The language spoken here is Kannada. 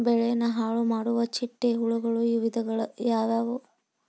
ಬೆಳೆನ ಹಾಳುಮಾಡುವ ಚಿಟ್ಟೆ ಹುಳುಗಳ ವಿಧಗಳು ಯಾವವು?